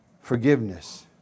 Forgiveness